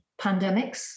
pandemics